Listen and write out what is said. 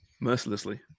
mercilessly